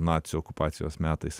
nacių okupacijos metais